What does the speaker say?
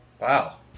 Wow